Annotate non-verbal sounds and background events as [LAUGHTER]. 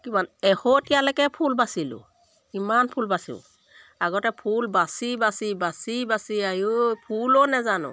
কিমান [UNINTELLIGIBLE] লৈকে ফুল বাচিলোঁ ইমান ফুল বাচো আগতে ফুল বাচি বাচি বাচি বাচি আয়ো ফুলো নাজানো